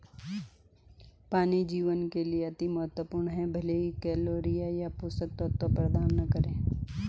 पानी जीवन के लिए अति महत्वपूर्ण है भले ही कैलोरी या पोषक तत्व प्रदान न करे